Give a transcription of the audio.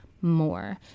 more